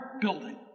building